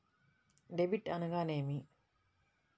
Debit అనగానేమి?